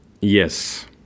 Yes